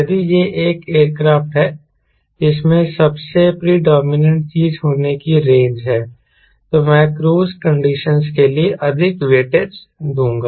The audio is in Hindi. यदि यह एक एयरक्राफ्ट है जिसमें सबसे प्रिडोमिनेंट चीज होने की रेंज है तो मैं क्रूज कंडीशनस के लिए अधिक वेटेज दूंगा